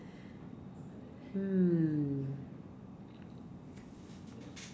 hmm